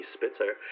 Spitzer